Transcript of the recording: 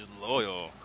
loyal